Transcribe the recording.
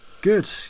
Good